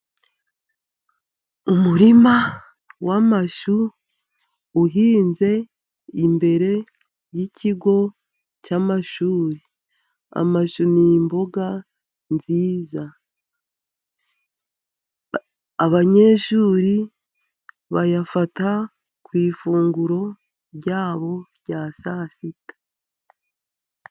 Umurima w'amashu uhinze imbere y'ikigo cy'amashu. Amashu ni imboga nziza, abanyeshuri bayafata ku ifunguro ryabo rya saa sita.